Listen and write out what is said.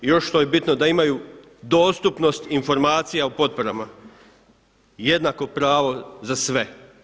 I još što je bitno da imaju dostupnost informacija o potporama, jednako pravo za sve.